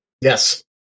Yes